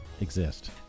exist